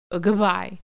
goodbye